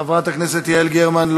חברת הכנסת יעל גרמן,